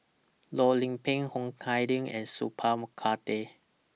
Loh Lik Peng Ho Kah Leong and Sat Pal Khattar